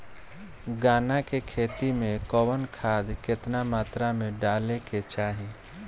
गन्ना के खेती में कवन खाद केतना मात्रा में डाले के चाही?